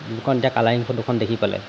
যোনখন এতিয়া কালাৰিং ফটোখন দেখি পেলাই